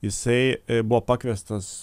jisai buvo pakviestas